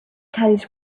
caddies